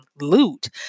loot